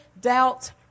doubt